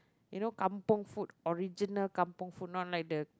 you know kampung food original kampung food not like the